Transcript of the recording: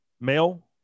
male